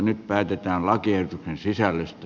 nyt päätetään lakiehdotuksen sisällöstä